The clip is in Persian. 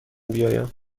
بیایم